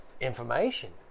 Information